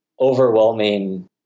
overwhelming